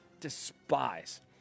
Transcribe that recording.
despise